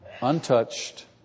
untouched